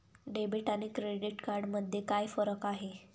Debit आणि credit card मध्ये काय फरक आहे?